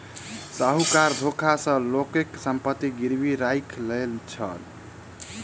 साहूकार धोखा सॅ लोकक संपत्ति गिरवी राइख लय छल